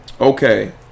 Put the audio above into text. okay